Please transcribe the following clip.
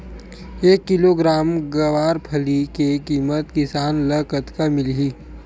एक किलोग्राम गवारफली के किमत किसान ल कतका मिलही?